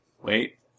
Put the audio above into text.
Wait